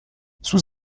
sous